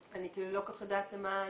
אני לא כל כך יודעת למה להתייחס.